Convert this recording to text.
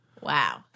Wow